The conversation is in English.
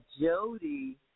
Jody